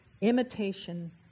imitation